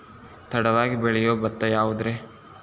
ತಡವಾಗಿ ಬೆಳಿಯೊ ಭತ್ತ ಯಾವುದ್ರೇ?